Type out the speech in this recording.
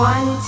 One